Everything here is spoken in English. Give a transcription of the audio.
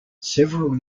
several